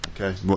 Okay